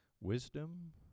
wisdom